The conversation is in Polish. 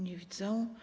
Nie widzę.